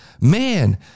man